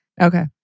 Okay